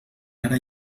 ara